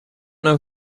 know